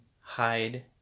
hide